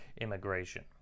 immigration